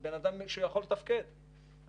כמו כן,